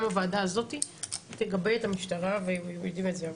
גם הוועדה הזאת תגבה את המשטרה והם יודעים את זה.